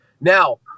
Now